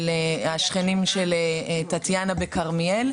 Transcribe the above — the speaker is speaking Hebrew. וגם לשכנים של טטיאנה בכרמיאל,